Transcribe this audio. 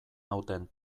nauten